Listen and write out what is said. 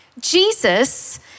Jesus